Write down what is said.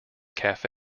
cafe